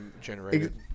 generated